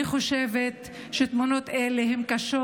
אני חושבת שתמונות אלה הן קשות,